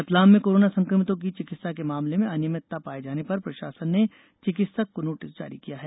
रतलाम में कोरोना संक्रमितों की चिकित्सा के मामले में अनियमितता पाए जाने पर प्रशासन ने चिकित्सक को नोटिस जारी किया है